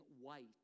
white